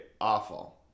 awful